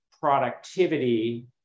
productivity